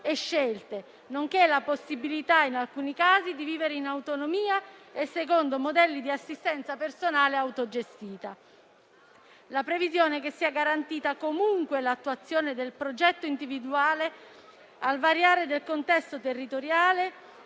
e scelte, nonché la possibilità in alcuni casi di vivere in autonomia e secondo modelli di assistenza personale autogestita. Vi sono infine la previsione che sia garantita comunque l'attuazione del progetto individuale al variare del contesto territoriale